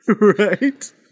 Right